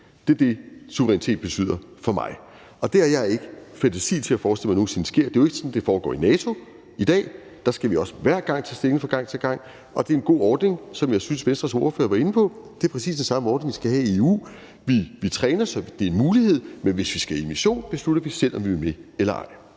det er det, suverænitet betyder for mig. Og det har jeg ikke fantasi til at forestille mig nogen sinde sker. Det er jo ikke sådan, det foregår i NATO i dag. Der skal vi også hver gang tage stilling fra gang til gang. Jeg synes, som Venstres ordfører var inde på, at det er en god ordning. Det er præcis den samme ordning, vi skal have i EU. Vi træner, så det er en mulighed, men hvis vi skal på mission, beslutter vi selv, om vi vil med eller ej.